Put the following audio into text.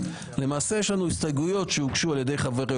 למעשה יש לנו הסתייגויות שהוגשו על ידי חברי